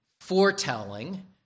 foretelling